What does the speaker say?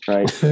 Right